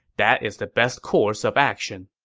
that is the best course of action.